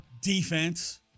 Defense